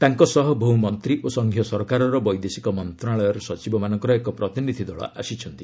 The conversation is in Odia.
ତାଙ୍କ ସହ ବହୁ ମନ୍ତ୍ରୀ ଓ ସଂଘୀୟ ସରକାରର ବୈଦେଶିକ ମନ୍ତ୍ରଣାଳୟର ସଚିବ ମାନଙ୍କର ଏକ ପ୍ରତିନିଧି ଦଳ ଆସିଛନ୍ତି